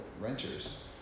renters